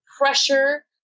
pressure